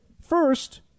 First